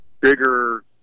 bigger